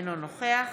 אינו נוכח